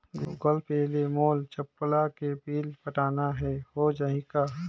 Google Pay ले मोल चपला के बिल पटाना हे, हो जाही का?